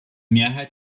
mehrheit